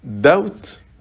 doubt